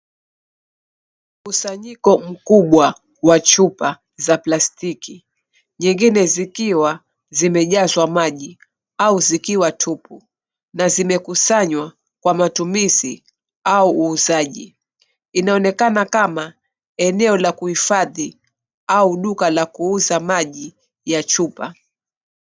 Mkusanyiko mkubwa wa chupa za plastiki, nyingine zikiwa zimejazwa maji au zikiwa tupu na zimekusanywa kwa matumizi au uuzaji. Inaonekana kama eneo la kuhifadhi au duka la kuuza maji ya chupa.